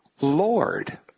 Lord